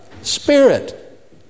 Spirit